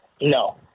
No